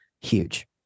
huge